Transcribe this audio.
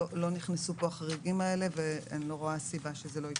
לא נכנסו כאן החריגים האלה ואני לא רואה סיבה שהם לא יוכנסו.